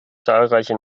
zahlreiche